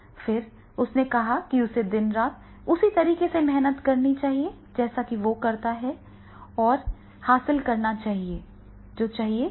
फिर उसने कहा कि उसे दिन रात उसी की तरह मेहनत करनी चाहिए और जैसा वह हासिल कर रहा है उसे हासिल करो